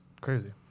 crazy